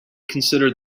considered